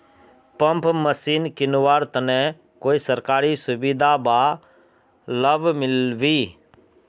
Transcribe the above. Pump machine किनवार तने कोई सरकारी सुविधा बा लव मिल्बी?